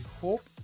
hope